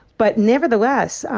but nevertheless,